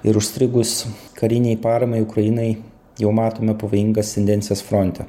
ir užstrigus karinei paramai ukrainai jau matome pavojingas tendencijas fronte